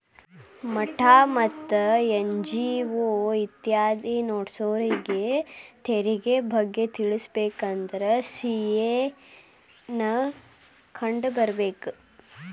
ಮಠಾ ಮತ್ತ ಎನ್.ಜಿ.ಒ ಇತ್ಯಾದಿ ನಡ್ಸೋರಿಗೆ ತೆರಿಗೆ ಬಗ್ಗೆ ತಿಳಕೊಬೇಕಂದ್ರ ಸಿ.ಎ ನ್ನ ಕಂಡು ಬರ್ಬೇಕ